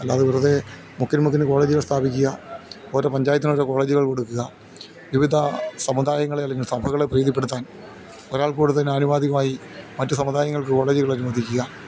അല്ലാതെ വെറുതെ മുക്കിന് മുക്കിന് കോളേജുകൾ സ്ഥാപിക്കുക ഓരോ പഞ്ചായത്തിന് ഓരോ കോളേജുകൾ കൊടുക്കുക വിവിധ സമുദായങ്ങളെ അല്ലെങ്കിൽ സഭകളെ പ്രീതിപ്പെടുത്താൻ ഒരാൾ കൂട്ടത്തിന് അനുവാദികമായി മറ്റ് സമുദായങ്ങൾക്ക് കോളേജുകൾ അനുവദിക്കുക